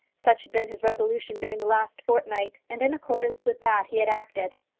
such had been his resolution during the last fortnight, and in accordance with that he had acted.